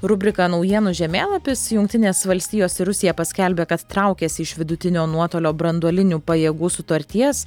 rubrika naujienų žemėlapis jungtinės valstijos ir rusija paskelbė kad traukiasi iš vidutinio nuotolio branduolinių pajėgų sutarties